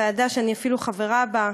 ועדה שאני אפילו חברה בה,